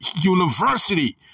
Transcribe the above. university